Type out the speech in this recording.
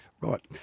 right